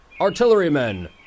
Artillerymen